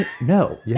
No